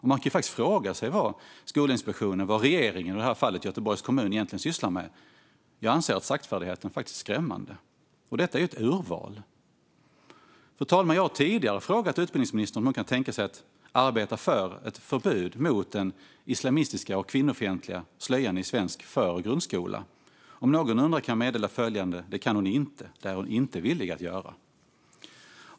Man kan fråga sig vad Skolinspektionen, regeringen och, i det här fallet, Göteborgs kommun egentligen sysslar med. Jag anser att saktfärdigheten faktiskt är skrämmande. Och detta är ett urval. Fru talman! Jag har tidigare frågat utbildningsministern om hon kan tänka sig att arbeta för ett förbud mot den islamistiska och kvinnofientliga slöjan i svensk för och grundskola. Om någon undrar kan jag meddela följande: Det kan hon inte - det är hon inte villig att göra.